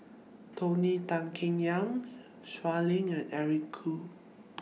Tony Tan Keng Yam Shui Lan and Eric Khoo